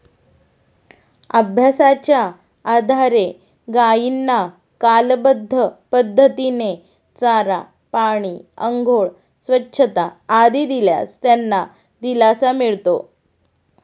अभ्यासाच्या आधारे गायींना कालबद्ध पद्धतीने चारा, पाणी, आंघोळ, स्वच्छता आदी दिल्यास त्यांना दिलासा मिळतो